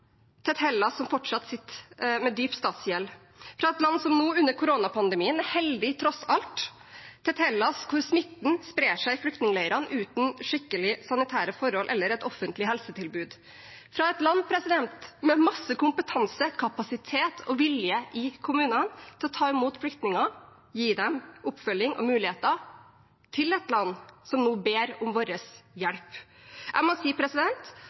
som fortsatt sitter med dyp statsgjeld, fra et land som nå under koronapandemien tross alt er heldig, til et Hellas hvor smitten sprer seg i flyktningleirene uten skikkelige sanitære forhold eller et offentlig helsetilbud – fra et land med masse kompetanse, kapasitet og vilje i kommunene til å ta imot flyktninger, gi dem oppfølging og muligheter, til et land som nå ber om vår hjelp? Jeg må si